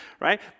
right